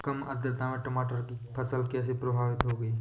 कम आर्द्रता में टमाटर की फसल कैसे प्रभावित होगी?